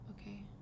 Okay